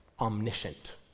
omniscient